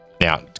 Now